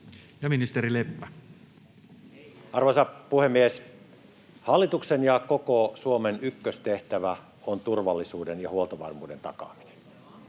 Content: Arvoisa puhemies! Hallituksen ja koko Suomen ykköstehtävä on turvallisuuden ja huoltovarmuuden takaaminen.